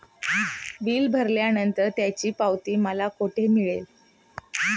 Bill भरल्यानंतर त्याची पावती मला कुठे मिळेल?